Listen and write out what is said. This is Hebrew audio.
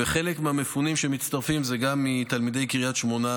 וחלק מהמפונים שמצטרפים הם גם תלמידי קריית שמונה,